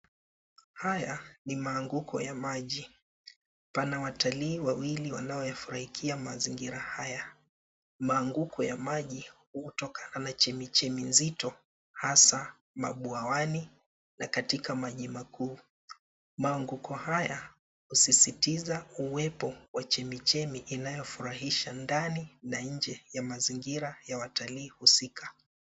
Haya ni maanguko ya maji. Pana watalii wawili waofurahiya mazingira haya. Maanguko ya maji hutokana na chemichemi nzito hasa mabwawani na katika maji makuu. Maanguko haya husisitiza uwepo wa chemchemi inayofurahisha ndani na nje ya mazingira ya watalii husika.